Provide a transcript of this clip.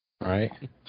Right